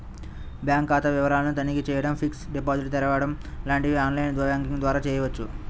bank ఖాతా వివరాలను తనిఖీ చేయడం, ఫిక్స్డ్ డిపాజిట్లు తెరవడం లాంటివి ఆన్ లైన్ బ్యాంకింగ్ ద్వారా చేయవచ్చు